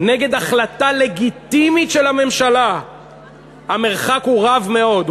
נגד החלטה לגיטימית של הממשלה המרחק רב מאוד,